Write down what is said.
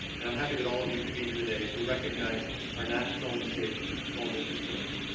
and i'm happy that all of you could be here today as we recognize our national and state small business winners.